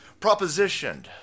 Propositioned